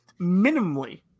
minimally